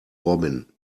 robin